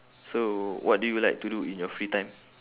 so what do you like to do in your free time